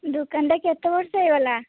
ଦୋକାନଟା କେତେ ବର୍ଷ ହେଇଗଲା